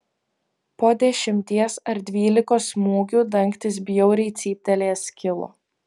po dešimties ar dvylikos smūgių dangtis bjauriai cyptelėjęs skilo